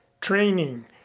training